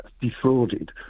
defrauded